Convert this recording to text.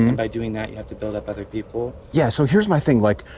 and by doing that you have to build up other people. yeah! so here's my thing, like.